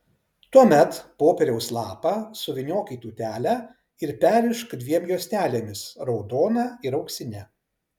tuomet popieriaus lapą suvyniok į tūtelę ir perrišk dviem juostelėmis raudona ir auksine